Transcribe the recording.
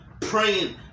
Praying